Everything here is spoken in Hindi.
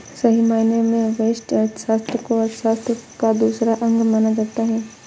सही मायने में व्यष्टि अर्थशास्त्र को अर्थशास्त्र का दूसरा अंग माना जाता है